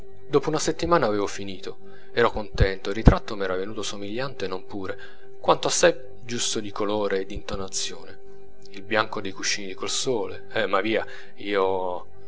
dopo una settimana avevo finito ero contento il ritratto m'era venuto somigliante non pure quanto assai giusto di colore e d'intonazione il bianco dei cuscini col sole ma via io